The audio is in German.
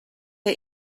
der